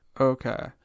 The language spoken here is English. Okay